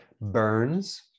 burns